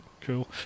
cool